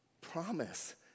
promise